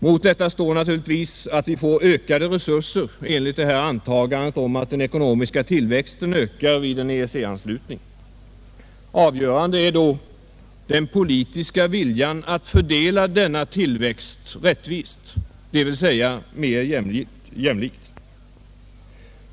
Mot detta står naturligtvis att vi får ökade resurser enligt antagandet om en snabbare ekonomisk tillväxt vid en EEC-anslutning. Avgörande är då den politiska viljan att fördela denna tillväxt rättvist, dvs. mer jämlikt.